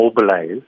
mobilize